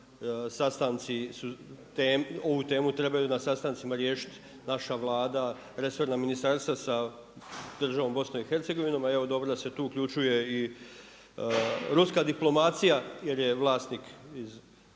Naravno da ovu temu na sastancima riješiti naša Vlada, resorna ministarstva sa državom BiH-om, a evo dobro da se tu uključuje i ruska diplomacija jer je vlasnik iz